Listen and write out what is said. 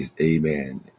Amen